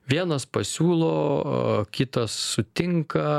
vienas pasiūlo kitas sutinka